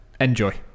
Enjoy